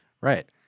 Right